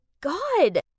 god